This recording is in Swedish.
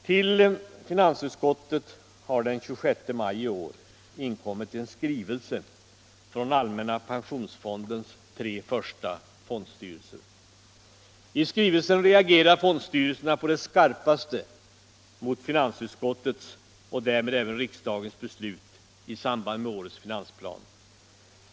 Till finansutskottet har den 26 maj i år inkommit en skrivelse från allmänna pensionsfondens tre första fondstyrelser. I skrivelsen reagerar fondstyrelserna på det skarpaste mot finansutskottets och därmed även riksdagens beslut i samband med årets finansplan.